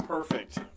Perfect